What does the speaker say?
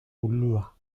ulua